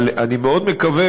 אבל אני מאוד מקווה,